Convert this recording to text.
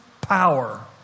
power